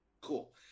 Cool